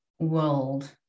World